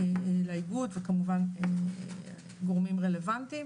לאיגוד וכמובן גורמים רלוונטיים,